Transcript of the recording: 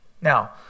Now